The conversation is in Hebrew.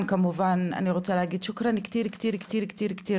כמובן אני רוצה להגיד תודה רבה רבה רבה